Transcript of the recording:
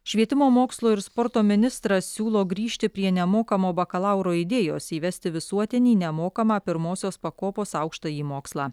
švietimo mokslo ir sporto ministras siūlo grįžti prie nemokamo bakalauro idėjos įvesti visuotinį nemokamą pirmosios pakopos aukštąjį mokslą